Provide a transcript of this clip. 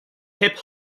hip